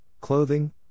clothing